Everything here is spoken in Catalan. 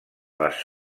les